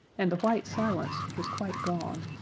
and the white silence was quite gone.